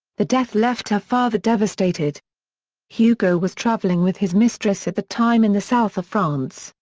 the death left her father devastated hugo was traveling with his mistress at the time in the south of france,